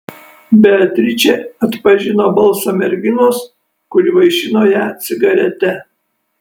beatričė atpažino balsą merginos kuri vaišino ją cigarete